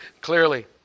clearly